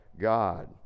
God